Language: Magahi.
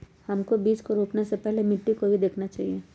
हमको बीज को रोपने से पहले मिट्टी को भी देखना चाहिए?